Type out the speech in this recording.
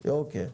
אוקיי.